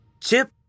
Chip